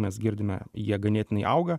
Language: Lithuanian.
mes girdime jie ganėtinai auga